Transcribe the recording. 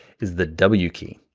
is the w key.